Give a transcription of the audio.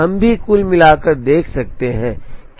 हम भी कुल मिलाकर देख सकते हैं